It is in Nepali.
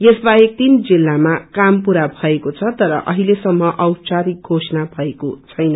यस बाहेक तीन जिल्लामा काम पूरा भएको छ तर अहिलेसम्म औपाचारिक घोषणा भएको छैन